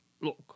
Look